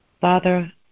Father